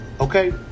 Okay